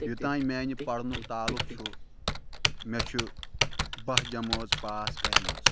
یوٚتام میٛانہِ پَرنُک تعلق چھُ مےٚ چھُ بَہہ جمٲژ پاس کَرِمَژ